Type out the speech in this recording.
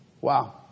Wow